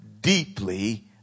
deeply